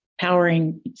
powering